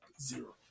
Zero